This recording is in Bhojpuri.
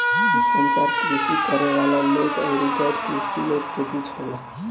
इ संचार कृषि करे वाला लोग अउरी गैर कृषि लोग के बीच होला